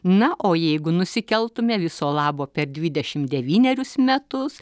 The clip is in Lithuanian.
na o jeigu nusikeltume viso labo per dvidešimt devynerius metus